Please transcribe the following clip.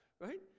right